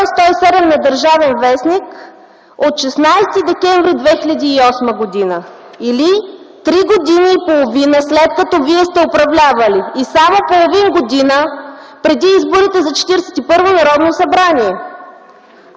107 на „Държавен вестник” от 16 декември 2008 г., или три години и половина, след като вие сте управлявали и само половин година преди изборите за Четиридесет и първо Народно събрание.